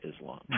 Islam